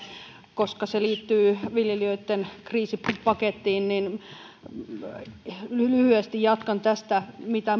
koska se liittyy viljelijöitten kriisipakettiin niin lyhyesti jatkan tästä mitä